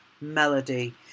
Melody